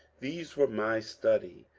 these were my study.